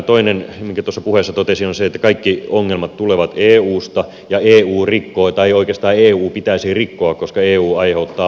toinen minkä tuossa puheessa totesin on se että kaikki ongelmat tulevat eusta ja eu pitäisi rikkoa koska eu aiheuttaa vaikeuksia